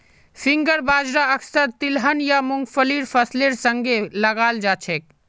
finger बाजरा अक्सर तिलहन या मुंगफलीर फसलेर संगे लगाल जाछेक